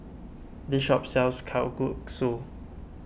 this shop sells Kalguksu